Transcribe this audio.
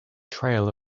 trail